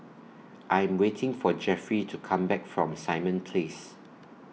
I'm waiting For Jeffry to Come Back from Simon Place